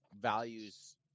values